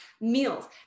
Meals